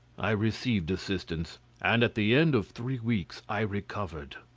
i received assistance, and at the end of three weeks i recovered.